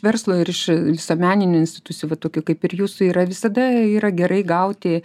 verslo ir iš visuomeninių institucijų va tokia kaip ir jūsų yra visada yra gerai gauti